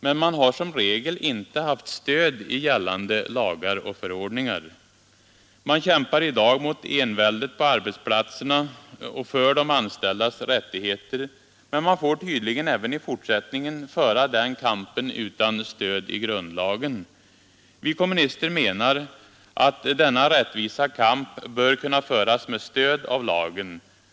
Men man har som regel inte haft stöd i gällande lagar och förordningar. Man kämpar i dag mot enväldet på arbetsplatserna och för de anställdas rättigheter. Men man får tydligen även i fortsättningen föra den kampen utan stöd i grundlagen. Vi kommunister menar att denna rättvisa kamp bör kunna föras med stöd av lagen.